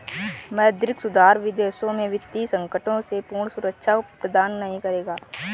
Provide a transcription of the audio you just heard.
मौद्रिक सुधार विदेशों में वित्तीय संकटों से पूर्ण सुरक्षा प्रदान नहीं करेगा